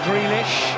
Grealish